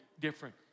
different